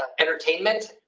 ah entertainment.